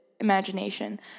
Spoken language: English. imagination